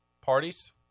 parties